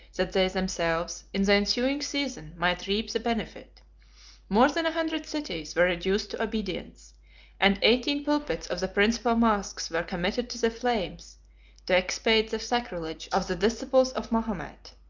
that they themselves, in the ensuing season, might reap the benefit more than a hundred cities were reduced to obedience and eighteen pulpits of the principal moschs were committed to the flames to expiate the sacrilege of the disciples of mahomet.